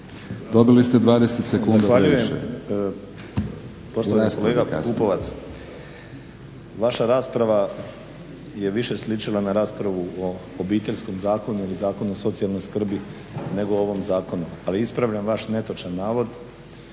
Dinko (HDSSB)** Zahvaljujem. Poštovani kolega Pupovac, vaša rasprava je više sličila na raspravu o Obiteljskom zakonu ili Zakonu o socijalnoj skrbi nego o ovom zakonu, ali ispravljam vaš netočan navod